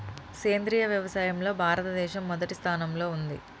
సేంద్రియ వ్యవసాయంలో భారతదేశం మొదటి స్థానంలో ఉంది